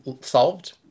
solved